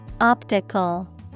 Optical